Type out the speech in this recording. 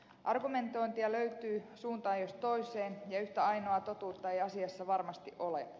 argumentointia löytyy suuntaan jos toiseen ja yhtä ainoaa totuutta ei asiassa varmasti ole